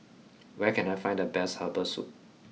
where can I find the best herbal soup